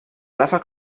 ràfec